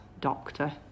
doctor